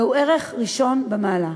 והוא ערך ראשון במעלה.